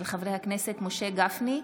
של חברי הכנסת משה גפני,